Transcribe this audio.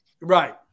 right